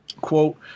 Quote